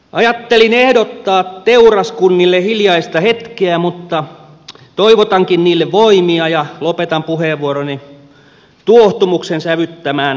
ajattelin ehdottaa teuraskunnille hiljaista hetkeä mutta toivotankin niille voimia ja lopetan puheenvuoroni tuohtumuksen sävyttämään paheksuntaan